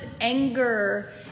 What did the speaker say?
anger